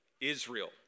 Israel